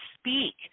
speak